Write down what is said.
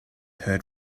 heard